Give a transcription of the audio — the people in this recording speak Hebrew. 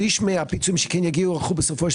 שליש מהפיצויים שכן הגיעו הלכו בסופו של